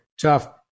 tough